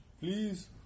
please